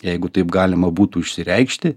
jeigu taip galima būtų išsireikšti